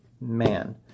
man